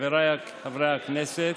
חבריי חברי הכנסת,